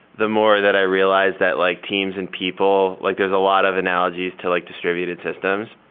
the more that i realize that like teams and people, like there's a lot of analogies to like distributed systems.